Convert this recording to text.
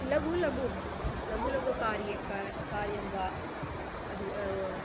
लघु लघु लघु लघुकार्ये क कार्यं वा अधिकं व अ